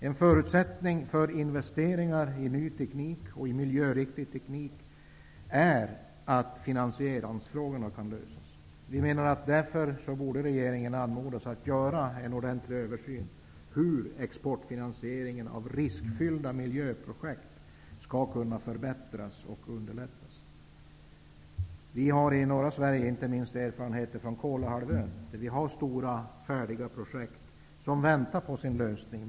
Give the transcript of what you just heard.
En förutsättning för investeringar i ny och miljöriktig teknik är att finansieringsfrågorna kan lösas. Vi menar därför att regeringen borde anmodas att göra en ordentlig översyn för att se hur exportfinansieringen av riskfyllda miljöprojekt kan förbättras och underlättas. Inte minst i norra Sverige har vi erfarenheter från Kolahalvön, där stora projekt väntar på en lösning.